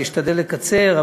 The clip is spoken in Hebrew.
אני אשתדל לקצר,